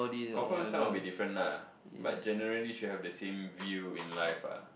confirm some will be different lah but generally should have the same view in life ah